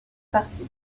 partie